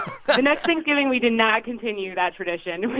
the next thanksgiving, we did not continue that tradition.